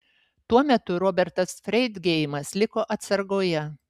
tuo metu robertas freidgeimas liko atsargoje